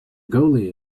goalie